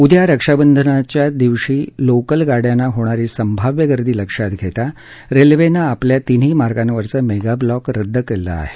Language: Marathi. उद्या रक्षाबंधनाच्या दिवशी लोकल गाड्यांना होणारी संभाव्य गर्दी लक्षात घेता रेल्वेनं आपल्या तिन्ही मार्गावरचं मेगा ब्लॉक रद्द केले आहेत